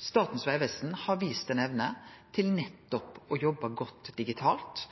Statens vegvesen har vist evne til nettopp å jobbe godt digitalt,